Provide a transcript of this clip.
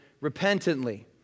repentantly